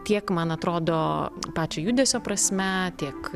tiek man atrodo pačio judesio prasme tiek